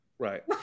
Right